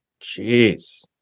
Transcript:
Jeez